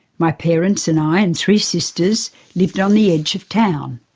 my parents and i and three sisters lived on the edge of town.